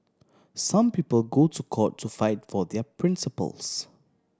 some people go to court to fight for their principles